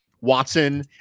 Watson